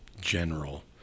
general